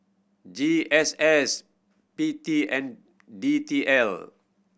G S S P T and D T L